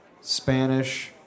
Spanish